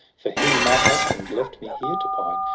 for he, my husband, left me here to pine,